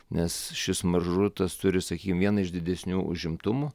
nes šis maržrutas turi sakykim vieną iš didesnių užimtumų